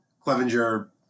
Clevenger